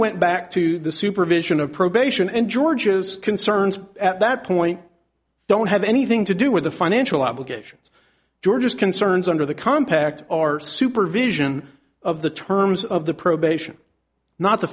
went back to the supervision of probation and george's concerns at that point don't have anything to do with the financial obligations george's concerns under the compact our supervision of the terms of the probation not the